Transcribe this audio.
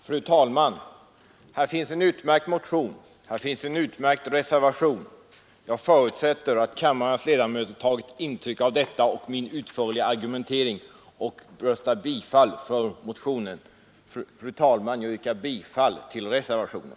Fru talman! Här finns en utmärkt motion, här finns en utmärkt reservation. Jag förutsätter att kammarens ledamöter tagit intryck av detta och min utförliga argumentering och röstar för bifall till motionen. Fru talman! Jag yrkar bifall till reservationen.